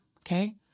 okay